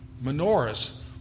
menorahs